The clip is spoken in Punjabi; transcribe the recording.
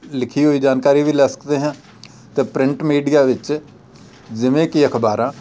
ਲਿਖੀ ਹੋਈ ਜਾਣਕਾਰੀ ਵੀ ਲੈ ਸਕਦੇ ਹਾਂ ਅਤੇ ਪ੍ਰਿੰਟ ਮੀਡੀਆ ਵਿੱਚ ਜਿਵੇਂ ਕਿ ਅਖ਼ਬਾਰਾਂ